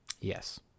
yes